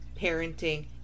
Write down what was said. parenting